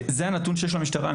זה הנתון שיש למשטרה,